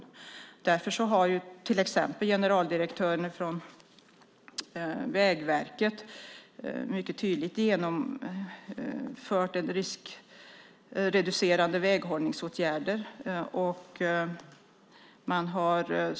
Därför har till exempel generaldirektören för Vägverket mycket tydligt genomfört riskreducerande väghållningsåtgärder.